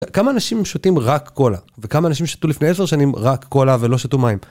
כמה אנשים שותים רק קולה וכמה אנשים שתו לפני עשר שנים רק קולה ולא שתו מים?